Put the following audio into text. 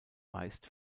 meist